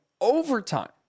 overtime